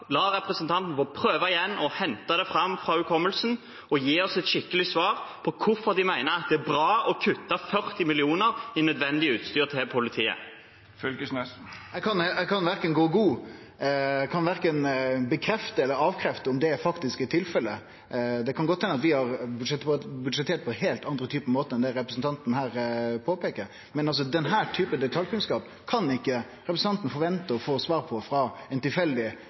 la representanten få prøve igjen, hente det fram fra hukommelsen og gi oss et skikkelig svar på hvorfor de mener det er bra å kutte 40 mill. kr i nødvendig utstyr til politiet. Eg kan verken bekrefte eller avkrefte om det faktisk er tilfellet. Det kan godt hende at vi har budsjettert på heilt andre måtar enn det representanten her peikar på. Men denne typen detaljkunnskap kan ikkje representanten forvente å få svar på frå ein tilfeldig